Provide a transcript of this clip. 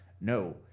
No